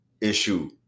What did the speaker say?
issue